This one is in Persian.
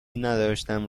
نداشتم